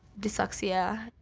dyslexia.